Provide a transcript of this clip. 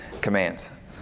commands